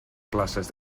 places